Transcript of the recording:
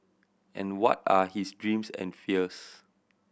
and what are his dreams and fears